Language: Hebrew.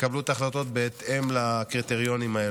יקבלו את ההחלטות בהתאם לקריטריונים האלה.